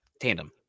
tandem